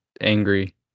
angry